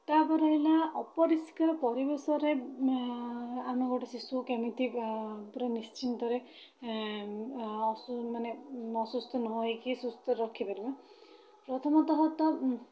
ତା'ପରେ ହେଲା ଅପରିଷ୍କାର ପରିବେଶରେ ଆମେ ଗୋଟେ ଶିଶୁକୁ କେମିତି ପୁରା ନିଶ୍ଚିନ୍ତରେ ମାନେ ଅସୁସ୍ଥ ନ ହୋଇକି ସୁସ୍ଥ ରଖିପାରିବା ପ୍ରଥମତଃ ତ